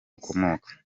ukomoka